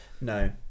No